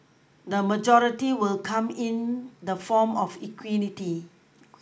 the majority will come in the form of equity